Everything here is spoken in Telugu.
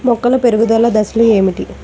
మొక్కల పెరుగుదల దశలు ఏమిటి?